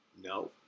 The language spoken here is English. no